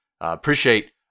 appreciate